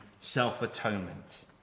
self-atonement